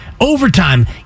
overtime